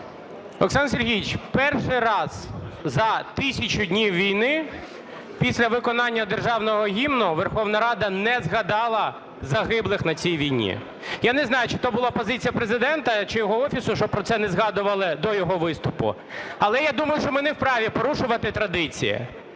Олександр Сергійович, перший раз за тисячу днів війни після виконання Державного Гімну Верховна Рада не згадала загиблих на цій війні. Я не знаю, чи то була позиція Президента, чи його Офісу, що про це не згадували до його виступу. Але я думаю, що ми не в праві порушувати традиції.